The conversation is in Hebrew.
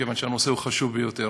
מכיוון שהנושא הוא חשוב ביותר.